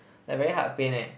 like very heart pain eh